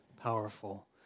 powerful